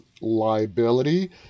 liability